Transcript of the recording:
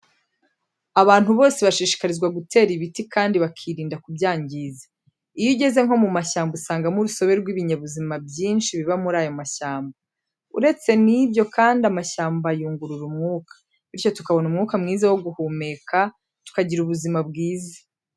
Abantu bose bashishikarizwa gutera ibiti kandi bakirinda kubyangiza. Iyo ugeze nko mu mashyamba usangamo urusobe rw'ibinyabuzima byinshi biba muri ayo mashyamba. Uretse n'ibyo kandi amashyamba ayungurura umwuka, bityo tukabona umwuka mwiza wo guhumeka tukagira ubuzima bwiza.